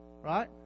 Right